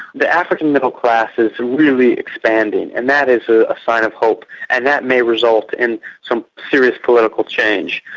the african middle classes are really expanding and that is a ah sign of hope and that may result in some serious political change.